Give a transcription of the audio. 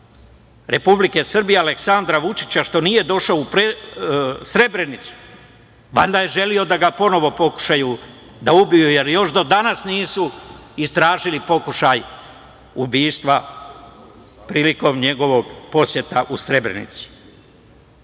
Republike Srbije Aleksandra Vučića što nije došao u Srebrenicu. Valjda je želeo da ponovo pokušaju da ga ubiju, jer još do danas nisu istražili pokušaj ubistva prilikom njegove posete Srebrenici. Čanak